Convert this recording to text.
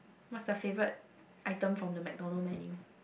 what's the favourite item from the MacDonald menu